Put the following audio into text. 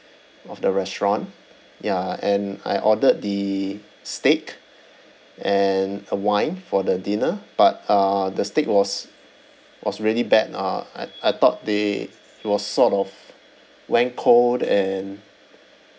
of the restaurant ya and I ordered the steak and a wine for the dinner but uh the steak was was really bad uh I I thought they it was sort of went cold and